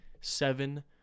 Seven